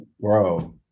Bro